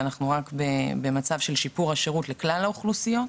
אנחנו במצב של שיפור השירות לכלל האוכלוסיות.